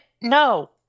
No